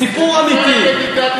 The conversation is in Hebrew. סיפור אמיתי,